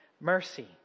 mercy